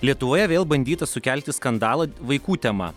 lietuvoje vėl bandyta sukelti skandalą vaikų tema